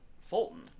fulton